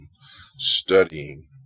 studying